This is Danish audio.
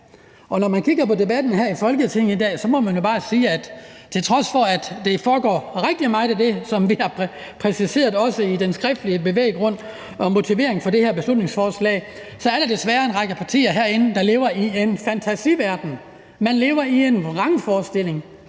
Når man hører debatten her i dag i Folketinget, må man bare sige, at der, til trods for at der foregår rigtig meget af det, som vi har præciseret i den skriftlige bevæggrund og motivering for det her beslutningsforslag, desværre er en række partier herinde, der lever i en fantasiverden, der lever i en vrangforestilling.